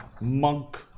monk